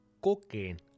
Cocaine